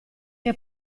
che